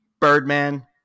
Birdman